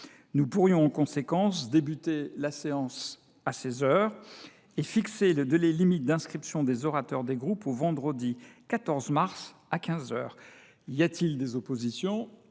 Nous pourrions en conséquence débuter la séance à 16 heures, et fixer le délai limite d’inscription des orateurs des groupes au vendredi 14 mars à 15 heures. Il n’y a pas d’opposition ?…